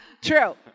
True